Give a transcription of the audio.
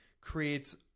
creates